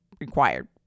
required